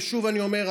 ושוב אני אומר,